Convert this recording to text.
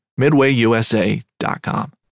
MidwayUSA.com